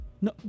No